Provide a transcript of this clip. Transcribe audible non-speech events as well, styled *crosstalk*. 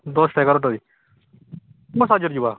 ଦଶଟା ଏଗାରଟାରେ *unintelligible* ଯିବା